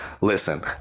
listen